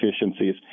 efficiencies